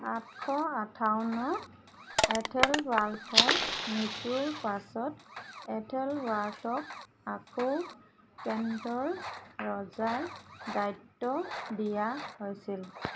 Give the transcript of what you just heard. আঠশ আঠাৱন এথেলৱাল্ফৰ মৃত্যুৰ পাছত এথেলবাৰ্টক আকৌ কেণ্টৰ ৰজাৰ দায়িত্ব দিয়া হৈছিল